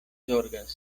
zorgas